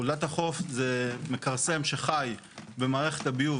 חולדת החוף זה מכרסם שחי במערכת הביוב